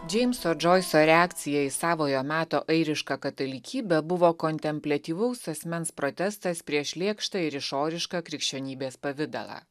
džeimso džoiso reakcija į savojo meto airišką katalikybę buvo kontempliatyvaus asmens protestas prieš lėkštą ir išorišką krikščionybės pavidalą